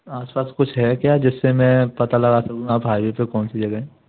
आस पास कुछ है क्या जिससे मैं पता लगा सकूँ आप हाईवे पे कौनसी जगह